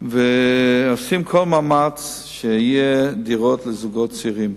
עושים כל מאמץ שיהיו דירות לזוגות צעירים.